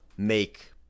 make